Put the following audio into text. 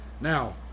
Now